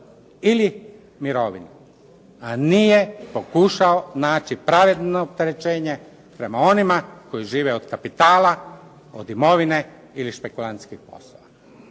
ili mirovine. A nije pokušao naći pravedno rješenje prema onima koji žive od kapitala, od imovine ili špekulantskim poslova.